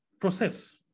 process